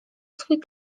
swój